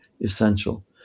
essential